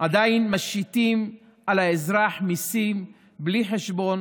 עדיין משיתים על האזרח מיסים בלי חשבון.